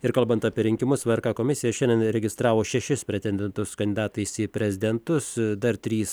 ir kalbant apie rinkimus vrk komisija šiandien įregistravo šešis pretendentus kandidatais į prezidentus dar trys